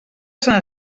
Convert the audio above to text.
sant